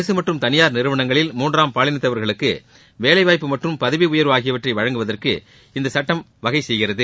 அரசு மற்றும் தனியார் நிறுவனங்களில் மூன்றாம் பாலினத்தவர்களுக்கு வேளலவாய்ப்பு மறறும் பதவி உயர்வு ஆகியவற்றை வழங்குவதற்கு இந்த சுட்டம் வழிவகை செய்கிறது